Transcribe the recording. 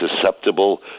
susceptible